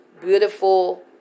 beautiful